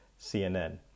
CNN